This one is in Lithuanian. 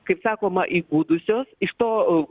kaip sakoma įgudusios iš to